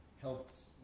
helps